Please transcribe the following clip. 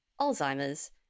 Alzheimer's